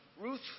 Ruth